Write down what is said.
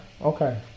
okay